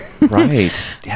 Right